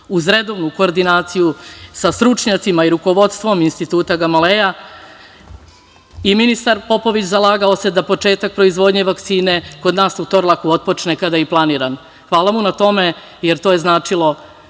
uz redovnu koordinaciju sa stručnjacima i rukovodstvo Instituta Gamaleja i ministar Popović zalagao se da početak proizvodnje vakcine kod nas na Torlaku otpočne kada je i planirano. Hvala mu na tome jer to je značilo